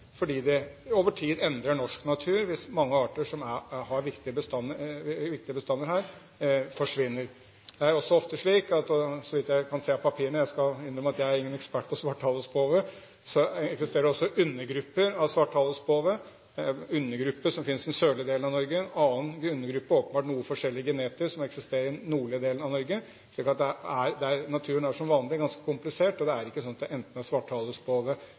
fordi det over tid endrer norsk natur hvis mange arter som har viktige bestander her, forsvinner. Det er også ofte slik, så vidt jeg kan se av papirene – jeg må innrømme at jeg er ingen ekspert på svarthalespove – eksisterer det også undergrupper av svarthalespove, en undergruppe som finnes i den sørlige delen av Norge, og en annen undergruppe, åpenbart noe forskjellig genetisk, som eksisterer i den nordlige delen av Norge, så naturen er som vanlig ganske komplisert. Det er ikke sånn at svarthalespove er truet på verdensbasis, men de som er i Norge, er en særlig variant av svarthalespoven. Der det